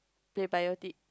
they biotic